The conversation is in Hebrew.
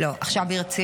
לא, עכשיו ברצינות.